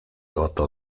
oto